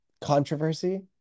controversy